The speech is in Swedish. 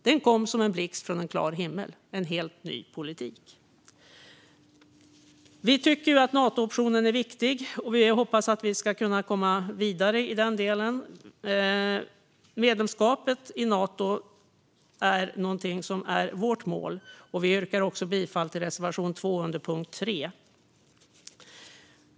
Den kom som en blixt från klar himmel - en helt ny politik. Vi tycker att Natooptionen är viktig, och vi hoppas att vi ska kunna komma vidare i den delen. Medlemskap i Nato är vårt mål, och vi yrkar också bifall till reservation 2 under punkt 3.